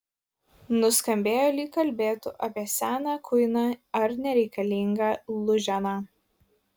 nuskambėjo lyg kalbėtų apie seną kuiną ar nereikalingą lūženą